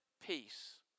peace